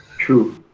True